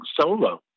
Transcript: solo